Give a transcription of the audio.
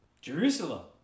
Jerusalem